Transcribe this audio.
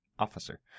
Officer